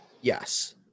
Yes